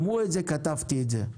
שמעו את זה, כתבתי את זה.